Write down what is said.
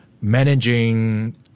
managing